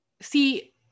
see